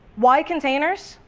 why containers?